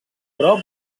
prop